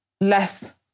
less